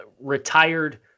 retired